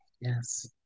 Yes